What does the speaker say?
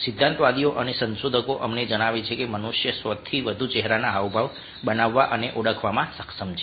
સિદ્ધાંતવાદીઓ અને સંશોધકો અમને જણાવે છે કે મનુષ્ય 1000 થી વધુ ચહેરાના હાવભાવ બનાવવા અને ઓળખવામાં સક્ષમ છે